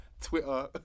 Twitter